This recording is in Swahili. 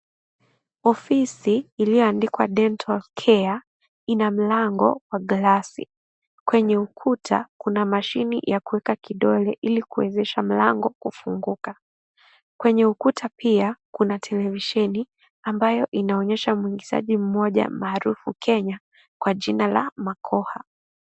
Ofisi ilioandikwa (cs)dental care(cs), ina mlango wa glasi, kwenye ukuata kuna mashini ya kuekabkidole ili kuezesha mlango kufungoka, kwenye ukuta pia, kuna televisheni ambayo inamwonyesha mwigizaji mmoja maarufu Kenya, kwa jina la Makoha.